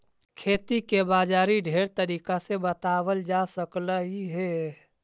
खेती के बाजारी ढेर तरीका से बताबल जा सकलाई हे